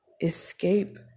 Escape